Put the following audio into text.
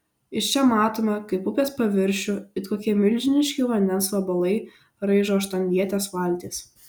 iš čia matome kaip upės paviršių it kokie milžiniški vandens vabalai raižo aštuonvietės valtys